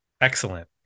Excellent